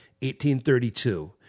1832